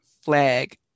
flag